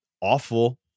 awful